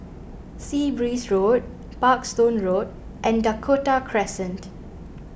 Sea Breeze Road Parkstone Road and Dakota Crescent